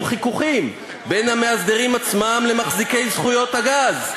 חיכוכים בין המאסדרים עצמם למחזיקי זכויות הגז,